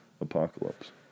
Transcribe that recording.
Apocalypse